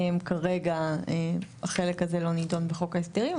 כרגע החלק הזה לא נידון בחוק ההסדרים,